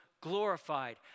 glorified